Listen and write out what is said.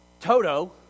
Toto